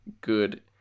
good